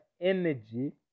energy